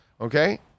okay